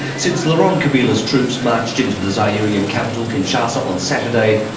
since laurent kabila's troops marched into the zairian capital, kinshasa, on saturday,